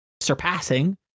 surpassing